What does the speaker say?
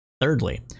Thirdly